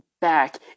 back